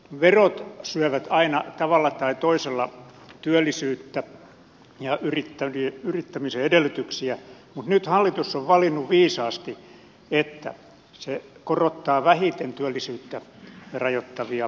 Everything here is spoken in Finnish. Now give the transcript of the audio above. verot syövät aina tavalla tai toisella työllisyyttä ja yrittämisen edellytyksiä mutta nyt hallitus on valinnut viisaasti että se korottaa vähiten työllisyyttä rajoittavia ja estäviä veroja